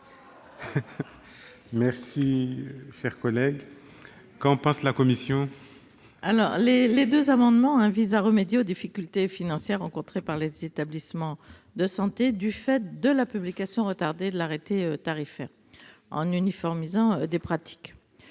embellie. Quel est l'avis de la commission ? Ces amendements visent à remédier aux difficultés financières rencontrées par des établissements de santé du fait de la publication avec retard de l'arrêté tarifaire, en uniformisant des pratiques.